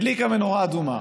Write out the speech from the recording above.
הדליקה נורה אדומה.